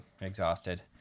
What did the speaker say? exhausted